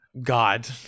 god